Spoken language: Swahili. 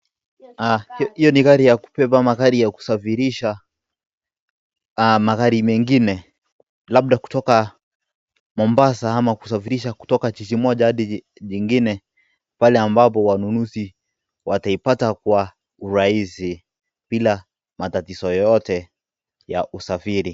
Hiyo ni gari ya kubeba magari ya kusafirisha magari mengine labda kutoka Mombasa ama kusafirisha kutoka jiji moja hadi jiji jingine pale ambapo wanunuzi wataipata kwa urahisi bila matatizo yoyote ya usafiri.